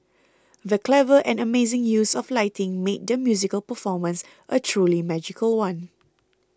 the clever and amazing use of lighting made the musical performance a truly magical one